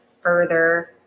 further